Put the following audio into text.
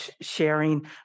sharing